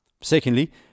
Secondly